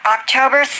October